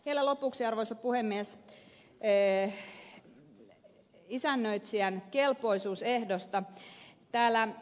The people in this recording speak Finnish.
vielä lopuksi arvoisa puhemies isännöitsijän kelpoisuusehdoista